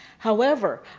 however,